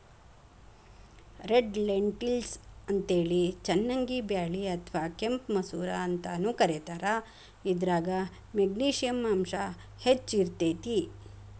red lentils ಅಂತೇಳಿ ಚನ್ನಂಗಿ ಬ್ಯಾಳಿ ಅತ್ವಾ ಕೆಂಪ್ ಮಸೂರ ಅಂತಾನೂ ಕರೇತಾರ, ಇದ್ರಾಗ ಮೆಗ್ನಿಶಿಯಂ ಅಂಶ ಹೆಚ್ಚ್ ಇರ್ತೇತಿ